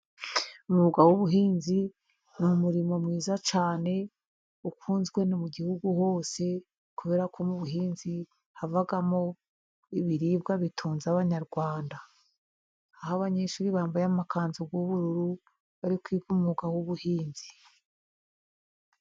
Umwuga w' ubuhinzi ni umurimo mwiza cyane ukunzwe, no mu gihugu hose kubera ko ubuhinzi buvagamo ibiribwa bitunze abanyarwanda, aho abanyeshuri bambaye amakanzugu y' ubururu bari kwiga umwuga w' ubuhinzi.